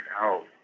out